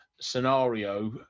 scenario